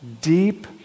deep